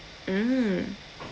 mm